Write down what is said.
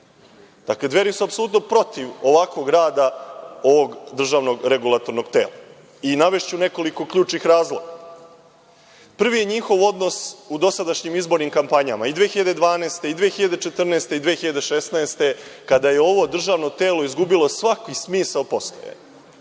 funkcije. Dveri su apsolutno protiv ovakvog rada ovog državnog regulatornog tela i navešću nekoliko ključnih razloga. Prvi je njihov odnos u dosadašnjim izbornim kampanjama, i 2012. i 2014. i 2016. godine, kada je ovo državno telo izgubilo svaki smisao postojanja.